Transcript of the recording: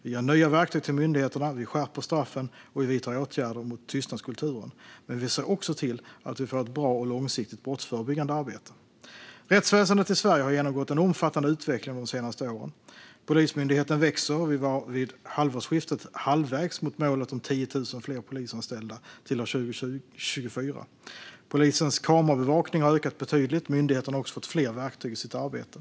Vi ger nya verktyg till myndigheterna, vi skärper straffen och vi vidtar åtgärder mot tystnadskulturen. Men vi ser också till att vi får ett bra och långsiktigt brottsförebyggande arbete. Rättsväsendet i Sverige har genomgått en omfattande utveckling de senaste åren. Polismyndigheten växer, och vi var vid halvårsskiftet halvvägs mot målet om 10 000 fler polisanställda år 2024. Polisens kamerabevakning har ökat betydligt, och myndigheten har också fått fler verktyg i sitt arbete.